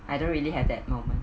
I don't really have that moment